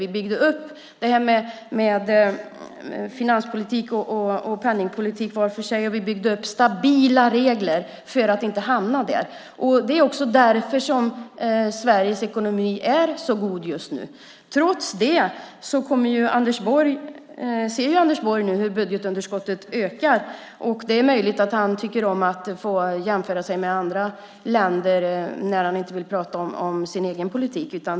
Vi byggde upp finanspolitiken och penningpolitiken var för sig, och vi byggde upp stabila regler för att inte hamna där. Det är också därför som Sveriges ekonomi är så god just nu. Trots det ser Anders Borg nu hur budgetunderskottet ökar. Det är möjligt att han tycker om att jämföra Sverige med andra länder när han inte vill tala om sin egen politik.